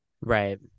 right